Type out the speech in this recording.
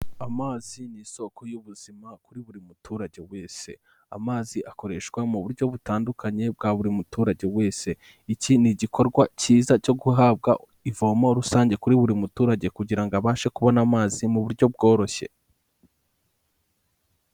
Amazi ni isoko y'ubuzima kuri buri muturage wese. Amazi akoreshwa mu buryo butandukanye bwa buri muturage wese. Iki ni igikorwa cyiza cyo guhabwa ivomo rusange kuri buri muturage kugira ngo abashe kubona amazi mu buryo bworoshye.